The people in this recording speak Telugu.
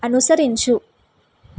అనుసరించు